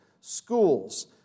schools